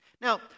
Now